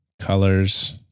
colors